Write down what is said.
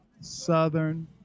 Southern